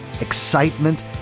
excitement